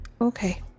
Okay